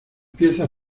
piezas